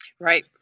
Right